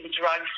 drugs